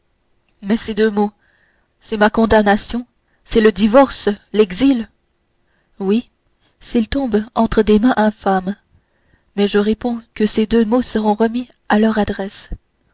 mais ces deux mots c'est ma condamnation c'est le divorce l'exil oui s'ils tombent entre des mains infâmes mais je réponds que ces deux mots seront remis à leur adresse